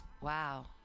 wow